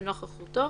בנוכחותו,